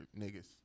niggas